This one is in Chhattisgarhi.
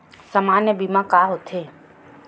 सामान्य बीमा का होथे?